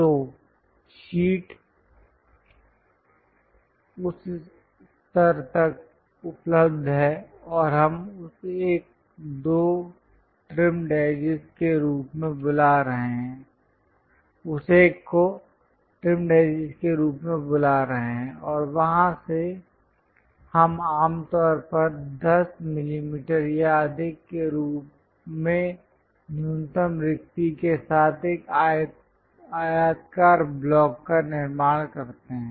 तो शीट उस स्तर तक उपलब्ध है और हम उस एक को ट्रिम शीट के रूप में बुला रहे हैं और वहां से हम आम तौर पर 10 मिमी या अधिक के रूप में न्यूनतम रिक्ति के साथ एक आयताकार ब्लॉक का निर्माण करते हैं